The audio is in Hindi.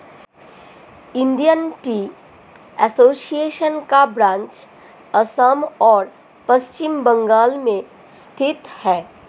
इंडियन टी एसोसिएशन का ब्रांच असम और पश्चिम बंगाल में स्थित है